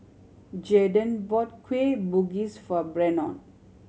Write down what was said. Jaeden brought Kueh Bugis for Brennon